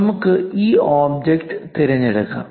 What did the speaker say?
നമുക്ക് ഈ ഒബ്ജക്റ്റ് തിരഞ്ഞെടുക്കാം